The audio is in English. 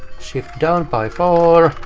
shift down by four.